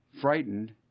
frightened